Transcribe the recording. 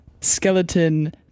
Skeleton